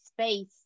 space